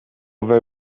very